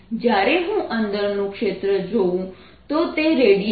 જ્યારે હું અંદરનું ક્ષેત્ર જોઉં તો તે રેડિયલ છે